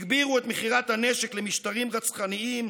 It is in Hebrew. הגבירו את מכירת הנשק למשטרים רצחניים,